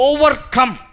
Overcome